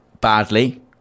badly